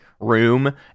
room